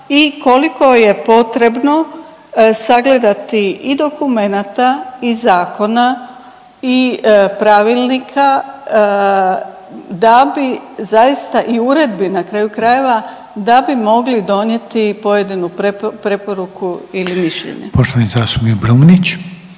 i koliko je potrebno sagledati i dokumenata i zakona i pravilnika da bi zaista i uredbe na kraju krajeva da bi mogli donijeti pojedinu preporuku ili mišljenje. **Reiner,